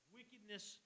wickedness